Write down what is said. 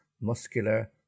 muscular